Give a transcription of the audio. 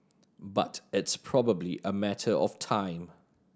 but it's probably a matter of time